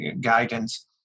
guidance